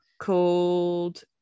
called